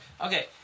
Okay